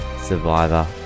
Survivor